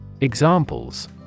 Examples